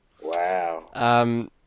Wow